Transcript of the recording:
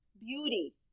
beauty